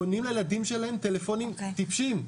קונים לילדים שלהם טלפונים טיפשים,